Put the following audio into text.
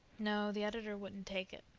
no, the editor wouldn't take it,